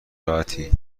راحتی